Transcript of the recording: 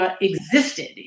existed